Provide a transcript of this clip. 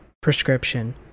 prescription